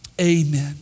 amen